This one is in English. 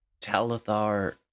Talithar